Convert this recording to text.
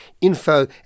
Info